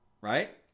right